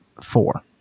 four